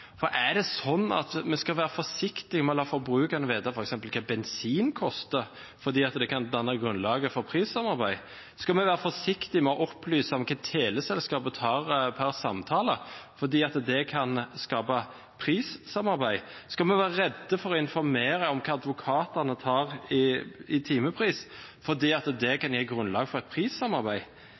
Er det slik at vi skal være forsiktige med å la forbrukerne vite f.eks. hva bensinen koster, fordi det kan danne grunnlag for prissamarbeid? Skal vi være forsiktige med å opplyse om hva teleselskapene tar per samtale, fordi det kan skape prissamarbeid? Skal vi være redde for å informere om hva advokatene tar i timepris, fordi det kan gi grunnlag for et prissamarbeid?